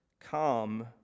come